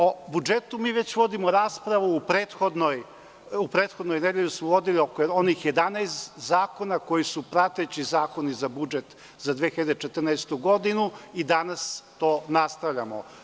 O budžetu već vodimo raspravu, u prethodnoj nedelji smo vodili oko onih 11 zakona koji su prateći zakoni za budžet za 2014. godinu i danas to nastavljamo.